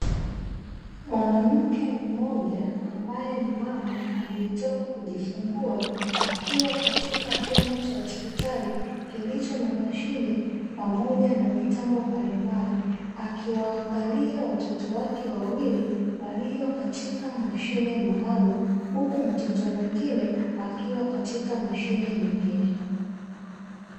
Mwanamke mmoja ambae ni mama aliyetoka kujifungua, akiwa katika chumba cha hospitali kilicho na mashine pamoja na mitambo mbalimbali, akiwaangalia watoto wake wawili waliokatika mashine maalumu, huku mtoto mwingine akiwa katika mashine nyingine.